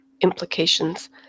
implications